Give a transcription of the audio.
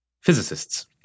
Physicists